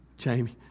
Jamie